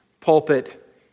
pulpit